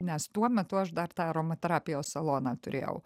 nes tuo metu aš dar tą aromaterapijos saloną turėjau